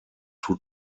two